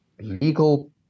legal